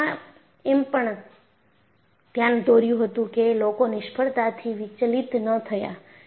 મેં એમાં એમ પણ ધ્યાન દોર્યું હતું કે લોકો નિષ્ફળતા થી વિચલિત ન થયા